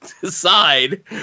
decide